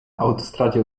autostradzie